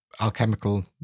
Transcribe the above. alchemical